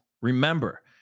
remember